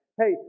Hey